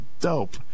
dope